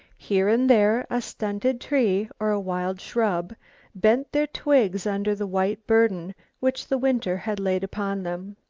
here and there a stunted tree or a wild shrub bent their twigs under the white burden which the winter had laid upon them.